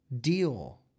deal